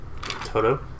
Toto